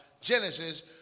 Genesis